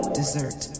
dessert